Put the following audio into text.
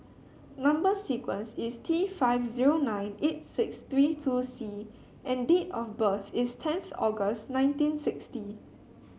number sequence is T five zero nine eight six three two C and date of birth is tenth August nineteen sixty